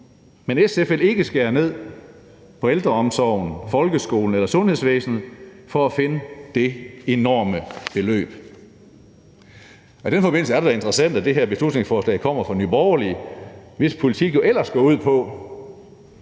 Men SF vil ikke skære ned på ældreomsorgen, folkeskolen eller sundhedsvæsenet for at finde det enorme beløb, og i den forbindelse er det da interessant, at det her beslutningsforslag kommer fra Nye Borgerlige, hvis politik jo ellers går ud på